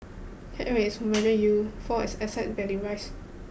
cap rates who measure yield fall as asset values rise